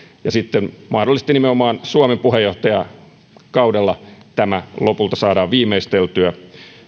ja sitten mahdollisesti nimenomaan suomen puheenjohtajakaudella tämä lopulta saadaan viimeisteltyä